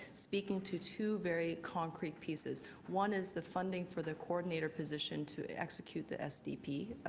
speaking to to very concrete pieces, one is the funding for the coordinator position to execute the sdp,